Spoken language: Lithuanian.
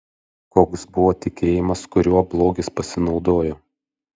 koks buvo tikėjimas kuriuo blogis pasinaudojo